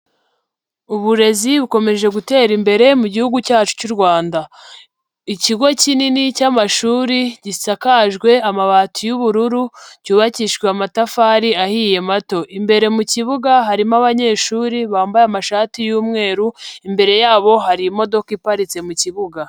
Uburezi bukomeje gutera imbere mu gihugu cyacu cy'u Rwanda, ikigo kinini cy'amashuri gisakajwe amabati y'ubururu cyubakishwa amatafari ahiye mato, imbere mu kibuga harimo abanyeshuri bambaye amashati y'umweru, imbere yabo harimo iparitse mu kibuga.